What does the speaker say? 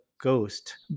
ghost